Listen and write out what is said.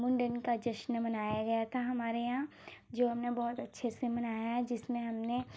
मुंडन का जश्न मनाया गया था हमारे यहाँ जो हमने बहुत अच्छे से मनाया है जिसमें हमने